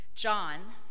John